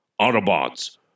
Autobots